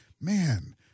man